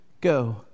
Go